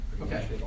Okay